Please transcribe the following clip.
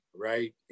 Right